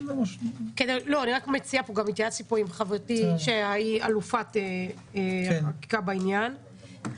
גם התייעצתי פה עם חברתי שהיא אלופת החקיקה בעניין,